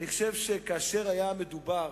אני חושב שכאשר מדובר,